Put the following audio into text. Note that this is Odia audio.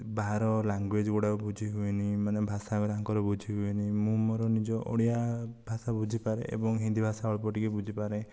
ବାହାର ଲାଙ୍ଗୁଏଜ୍ ଗୁଡ଼ାକ ବୁଝି ହୁଏନି ମାନେ ଭାଷା ତାଙ୍କର ବୁଝି ହୁଏନି ମୁଁ ମୋର ନିଜ ଓଡ଼ିଆ ଭାଷା ବୁଝିପାରେ ଏବଂ ହିନ୍ଦୀ ଭାଷା ଅଳ୍ପ ଟିକିଏ ବୁଝିପାରେ